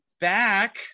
back